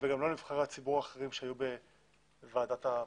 וגם לא נבחרי הציבור האחרים שהיו בוועדת הבחינה,